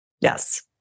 Yes